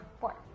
Four